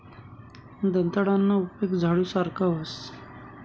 दंताळाना उपेग झाडू सारखा व्हस